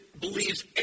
believes